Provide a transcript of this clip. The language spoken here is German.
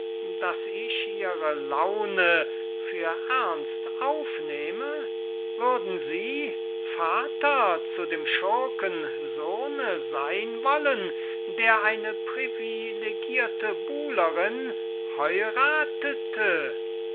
daß ich ihre laune für ernst aufnehme würden sie vater zu dem schurken sohn sein wollen der eine privilegierte buhlerin heirathete